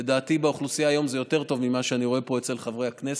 לדעתי באוכלוסייה היום זה יותר טוב ממה שאני רואה אצל חברי הכנסת.